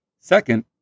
Second